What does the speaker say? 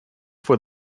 for